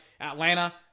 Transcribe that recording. Atlanta